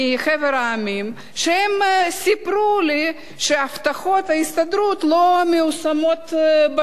המדינות שסיפרו לי שהבטחות ההסתדרות לא מיושמות בשטח.